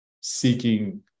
seeking